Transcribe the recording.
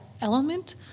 element